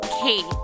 Kate